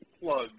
plug